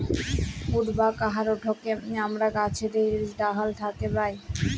would বা কাহাঠকে আমরা গাহাছের ডাহাল থ্যাকে পাই